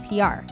PR